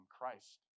Christ